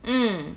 mm